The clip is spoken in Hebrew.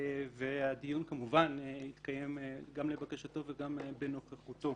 והדיון כמובן התקיים גם לבקשתו וגם בנוכחותו.